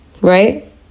Right